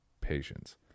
patience